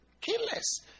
Killers